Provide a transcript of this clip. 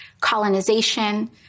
colonization